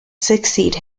succeed